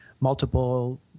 multiple